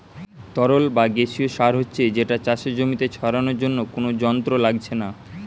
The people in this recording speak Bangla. তরল বা গেসিও সার হচ্ছে যেটা চাষের জমিতে ছড়ানার জন্যে কুনো যন্ত্র লাগছে না